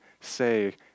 say